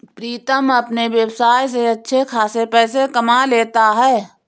प्रीतम अपने व्यवसाय से अच्छे खासे पैसे कमा लेता है